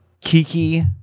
Kiki